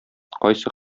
кайсы